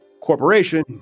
corporation